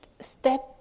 step